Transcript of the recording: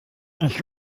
ich